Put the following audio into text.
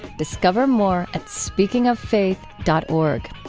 discover more at speakingoffaith dot org.